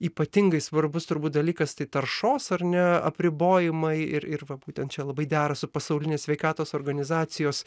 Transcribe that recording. ypatingai svarbus turbūt dalykas tai taršos ar ne apribojimai ir ir va būtent čia labai dera su pasaulinės sveikatos organizacijos